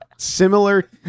Similar